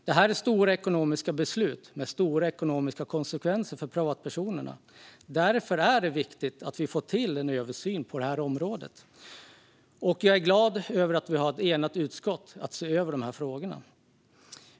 Det här är stora ekonomiska beslut, med stora ekonomiska konsekvenser för privatpersoner. Därför är det viktigt att vi får till en översyn på området. Jag är glad över att ett enigt utskott står bakom att se över de här frågorna.